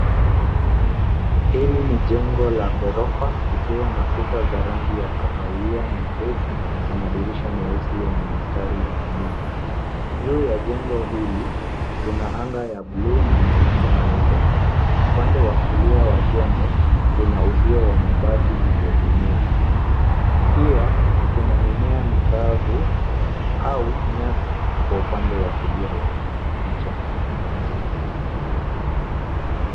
Hili ni jengo la gorofa likiwa na kuta za rangi ya kahawia nyepesi na madirisha meusi yenye mistari ya buluu. Juu ya jengo hili kuna anga la buluu na mawingu meupe. Upande wa kulia wa jengo kuna uzio wa mabati uliotumiwa. Pia kuna mimea mikavu au nyasi kwa upande wa kulia wa picha.